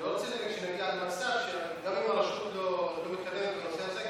אני לא רוצה שנגיע למצב שאם הרשות לא מתערבת בנושא הזה,